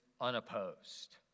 unopposed